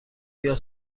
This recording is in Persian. بیاد